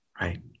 right